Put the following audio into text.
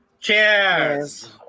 cheers